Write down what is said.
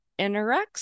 interacts